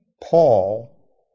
Paul